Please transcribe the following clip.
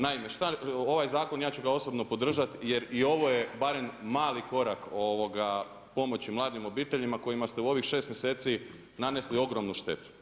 Naime, ovaj zakon, ja ću ga osobno podržati jer i ovo je barem mali korak pomoći mladim obiteljima kojima ste u ovih 6 mjeseci nanesli ogromnu štetu.